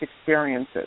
experiences